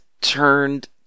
turned